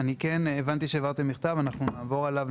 אני כן הבנתי שהעברתם מכתב; אנחנו נעבור עליו,